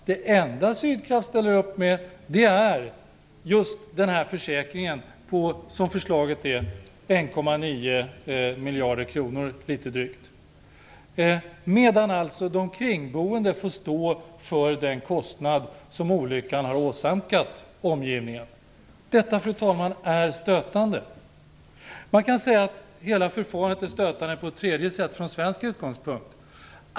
Det enda Sydkraft ställer upp med är den försäkring som i förslaget är på litet drygt 1,9 miljarder kronor. De kringboende får stå för den kostnad som olyckan har åsamkat omgivningen. Detta, fru talman, är stötande. Hela förfarandet är stötande också på ett tredje sätt - från svensk utgångspunkt.